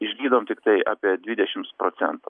išgydom tiktai apie dvidešimts procentų